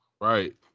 right